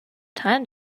time